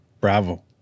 bravo